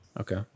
Okay